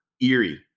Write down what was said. eerie